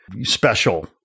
special